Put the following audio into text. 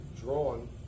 drawn